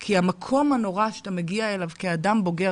כי המקום הנורא שאתה מגיע אליו כאדם בוגר